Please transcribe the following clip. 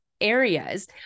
areas